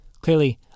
Clearly